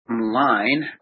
line